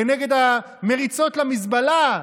כנגד המריצות למזבלה?